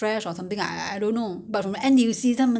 所以不新鲜所以不不好吃的